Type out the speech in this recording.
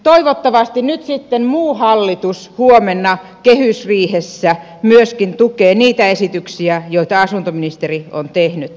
toivottavasti nyt sitten muu hallitus huomenna kehysriihessä myöskin tukee niitä esityksiä joita asuntoministeri on tehnyt